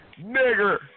nigger